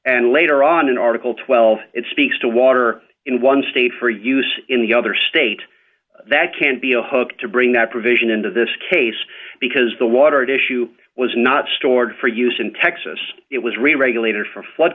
and later on in article twelve it speaks to water in one state for use in the other state that can be a hook to bring that provision into this case because the water at issue was not stored for use in texas it was reregulate or for flood